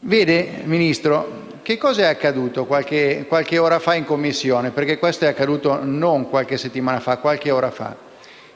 Signor Ministro, che cosa è accaduto qualche ora fa in Commissione? Sottolineo che questo è accaduto non qualche settimana fa, ma poche ora fa.